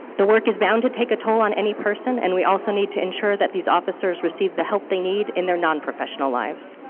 the work is bound to take a toll on my person, and we also need to ensure that these officers receive the help they need in their nonprofessional lives.